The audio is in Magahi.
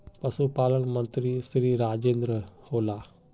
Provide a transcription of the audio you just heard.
पशुपालन मंत्री श्री राजेन्द्र होला?